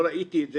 לא ראיתי את זה,